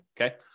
Okay